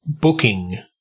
booking